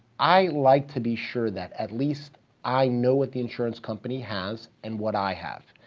i like to be sure that at least i know what the insurance company has and what i have.